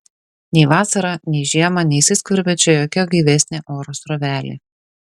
nei vasarą nei žiemą neįsiskverbia čia jokia gaivesnė oro srovelė